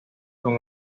con